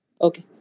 Okay